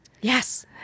yes